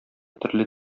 төрле